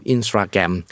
Instagram